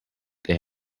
they